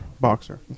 boxer